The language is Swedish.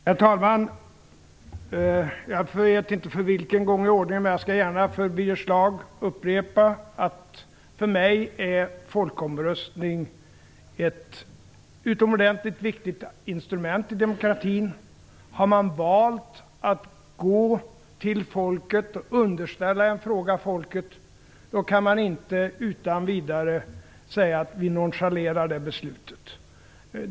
Herr talman! Jag vet inte för vilken gång i ordningen jag gör det, men jag skall gärna för Birger Schlaug upprepa att för mig är en folkomröstning ett utomordentligt viktigt instrument i demokratin. Har man valt att underställa folket en fråga, kan man inte utan vidare nonchalera dess beslut.